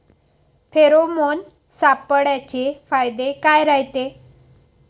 Pheromone सापळ्याचे फायदे काय रायते?